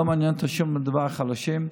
לא מעניין אותו שום דבר בקשר לחלשים.